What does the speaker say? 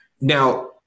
Now